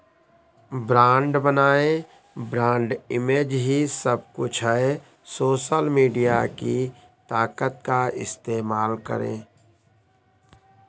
brand बनाएं, brand image ही सब कुछ है, सोशल मीडिया की ताकत का इस्तेमाल करें